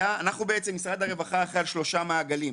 משרד הרווחה אחראי על שלושה מעגלים,